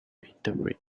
interpret